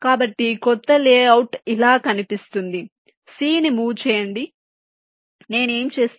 కాబట్టి క్రొత్త లేఅవుట్ ఇలా కనిపిస్తుంది c ని మూవ్ చేయండి నేను ఏమి చేస్తాను